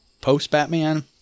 post-Batman